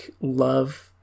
love